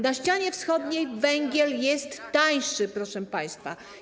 Na ścianie wschodniej węgiel jest tańszy, proszę państwa.